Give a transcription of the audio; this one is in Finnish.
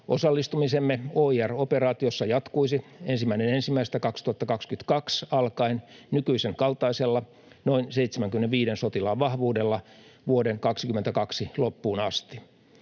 Osallistumisemme OIR-operaatiossa jatkuisi 1.1.2022 alkaen nykyisen kaltaisella noin 75 sotilaan vahvuudella vuoden 2022 loppuun asti.